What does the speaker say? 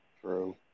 True